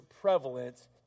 prevalent